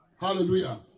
Hallelujah